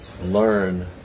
learn